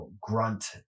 grunt